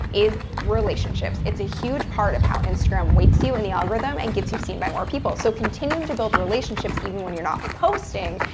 is relationships. it's a huge part of how instagram weights you in the algorithm, and gets you seen by more people. so continuing to build relationships, even when you're not posting,